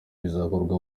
bizakorwa